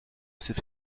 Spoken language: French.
c’est